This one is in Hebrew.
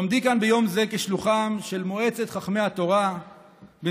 בעומדי כאן ביום זה כשלוחהּ של מועצת חכמי התורה בנשיאות